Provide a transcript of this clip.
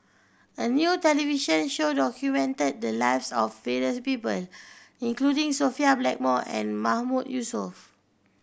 a new television show documented the lives of various people including Sophia Blackmore and Mahmood Yusof